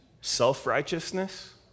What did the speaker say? Self-righteousness